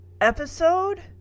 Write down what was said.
episode